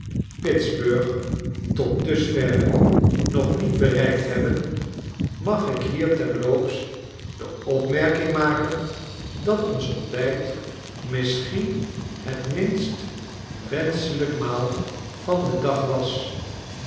pittsburg tot dusverre nog niet bereikt hebben mag ik hier terloops de opmerking maken dat ons ontbijt misschien het minst wenschelijk maal van den dag was